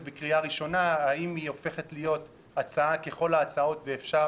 בקריאה ראשונה היא הופכת להיות הצעה ככל ההצעות ואפשר